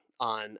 on